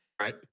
Right